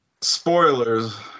Spoilers